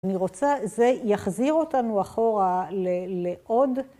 אני רוצה, זה יחזיר אותנו אחורה לעוד